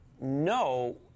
no